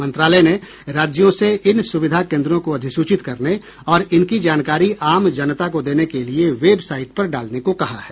मंत्रालय ने राज्यों से इन सुविधा केन्द्रों को अधिसूचित करने और इनकी जानकारी आम जनता को देने के लिये वेब साइट पर डालने को कहा है